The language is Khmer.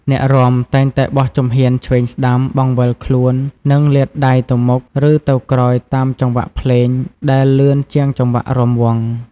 អ្នករាំតែងតែបោះជំហានឆ្វេងស្ដាំ បង្វិលខ្លួន និងលាតដៃទៅមុខ ឬទៅក្រោយតាមចង្វាក់ភ្លេងដែលលឿនជាងចង្វាក់រាំវង់។